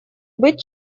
быть